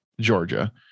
Georgia